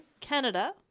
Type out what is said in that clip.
Canada